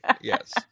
Yes